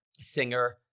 singer